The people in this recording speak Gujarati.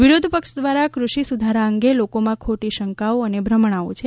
વિરોધપક્ષ દ્રારા કૃષિ સુધારા અંગે લોકોમાં ખોટી શંકાઓ અને ભમ્રણાઓ છે